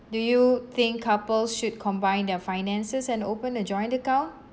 do you think couple should combine their finances and open a joint account